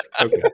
Okay